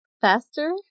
faster